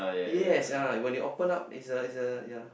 yes ah when you open up is a is a yea